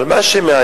אבל מה שמעניין,